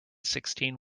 sixteen